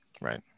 Right